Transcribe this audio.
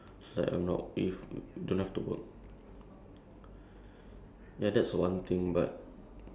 to me also I I can't ya I can't also really think what I would be or what I would do when